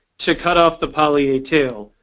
to cut off the poly a tail,